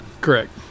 Correct